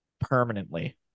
permanently